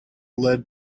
led